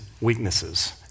weaknesses